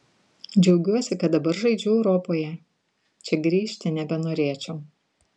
džiaugiuosi kad dabar žaidžiu europoje čia grįžti nebenorėčiau